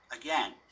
again